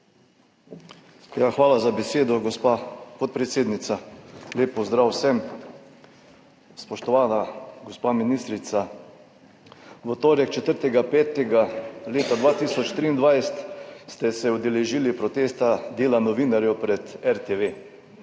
Hvala za besedo, gospa podpredsednica. Lep pozdrav vsem! Spoštovana gospa ministrica. V torek, 4. 4. 2023 ste se udeležili protesta dela novinarjev pred RTV,